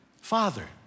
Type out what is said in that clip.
Father